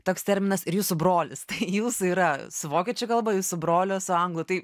toks terminas ir jūsų brolis tai jūsų yra su vokiečių kalba jūsų brolio su anglų tai